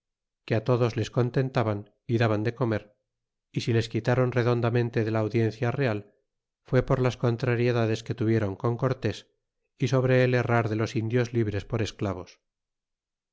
que todos les contentaban y daban de comer y si les quitron redondamente de la audiencia real fué por las contrariedades que tuvieron con cortés y sobre el herrar de los indios libres por esclavos